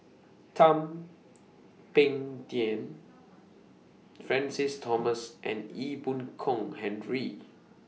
Thum Ping Tjin Francis Thomas and Ee Boon Kong Henry